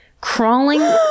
crawling